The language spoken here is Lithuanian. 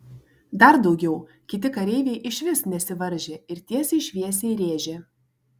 dar daugiau kiti kareiviai išvis nesivaržė ir tiesiai šviesiai rėžė